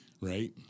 right